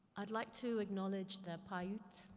i'd like to acknowledge the paiute,